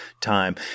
time